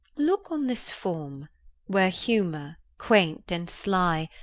look on this form where humour, quaint and sly,